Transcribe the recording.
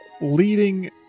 leading